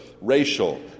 racial